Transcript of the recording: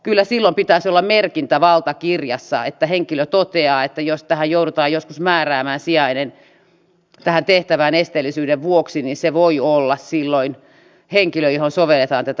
kyllä silloin pitäisi olla merkintä valtakirjassa että henkilö toteaa että jos tähän tehtävään joudutaan joskus määräämään sijainen esteellisyyden vuoksi niin se voi olla silloin henkilö johon sovelletaan tätä edunvalvontavaltuutuslakia